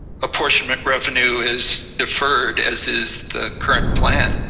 apportionment revenue is deferred, as is the current plan.